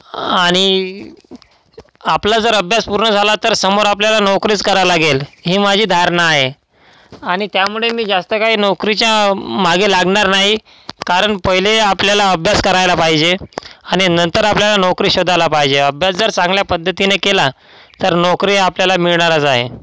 आणि आपला जर अभ्यास पूर्ण झाला तर समोर आपल्याला नोकरीच करावी लागेल ही माझी धारणा आहे आणि त्यामुळे मी जास्त काही नोकरीच्या मागे लागणार नाही कारण पहिले आपल्याला अभ्यास करायला पाहिजे आणि नंतर आपल्याला नोकरी शोधायला पाहिजे अभ्यास जर चांगल्या पद्धतीने केला तर नोकरी आपल्याला मिळणारच आहे